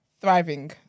thriving